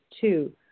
Two